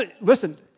Listen